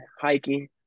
hiking